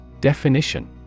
Definition